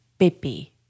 bippy